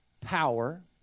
power